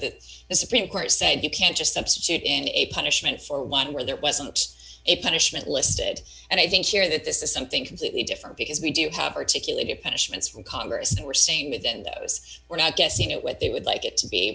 that the supreme court said you can't just substitute in a punishment for one where there wasn't a punishment listed and i think here that this is something completely different because we do have particularly a punishment from congress and we're seeing within those we're not guessing at what they would like it to be